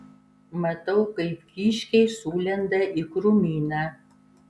matau kaip kiškiai sulenda į krūmyną